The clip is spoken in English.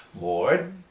Lord